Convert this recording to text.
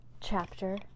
chapter